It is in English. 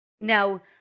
Now